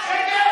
שקט.